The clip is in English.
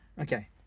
Okay